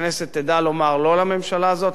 שהכנסת תדע לומר לא לממשלה הזאת,